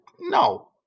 No